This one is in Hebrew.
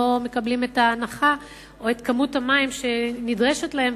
מקבלים את ההנחה או את כמות המים שנדרשת להם,